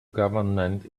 government